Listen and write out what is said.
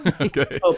okay